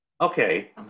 Okay